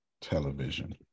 television